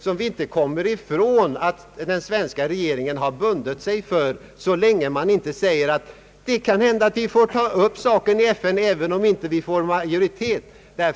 Vi kommer inte ifrån att den svenska regeringen bundit sig för denna ståndpunkt så länge den inte säger att vi kanske kan ta upp frågan i FN även om det inte är möjligt att få majoritet där.